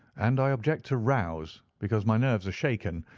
and i object to rows because my nerves are shaken,